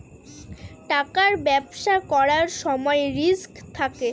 টাকার ব্যবসা করার সময় রিস্ক থাকে